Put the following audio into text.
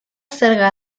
zerga